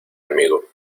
amigo